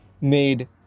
made